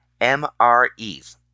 MREs